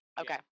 okay